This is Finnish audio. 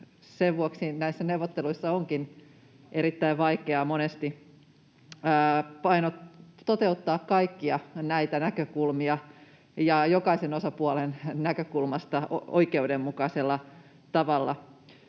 Sen vuoksi näissä neuvotteluissa onkin erittäin vaikeaa monesti toteuttaa kaikkia näitä näkökulmia ja jokaisen osapuolen näkökulmasta oikeudenmukaisella tavalla.